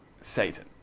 Satan